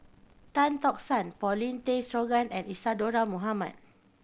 Tan Tock San Paulin Tay Straughan and Isadhora Mohamed